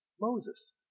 Moses